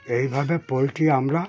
এইভাবে পোলট্রি আমরা